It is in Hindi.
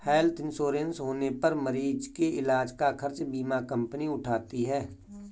हेल्थ इंश्योरेंस होने पर मरीज के इलाज का खर्च बीमा कंपनी उठाती है